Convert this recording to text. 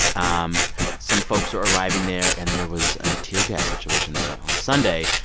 um some folks are arriving there, and there was a tear gas situation there on sunday.